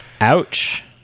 Ouch